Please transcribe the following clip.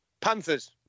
Panthers